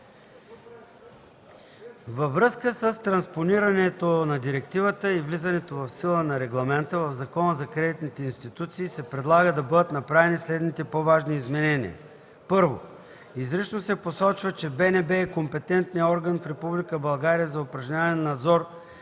Във връзка с транспонирането на директивата и влизането в сила на регламента в закона за кредитните институции се предлага да бъдат направени следните по-важни изменения: 1. Изрично се посочва, че БНБ е компетентният орган в Република България за упражняване на надзор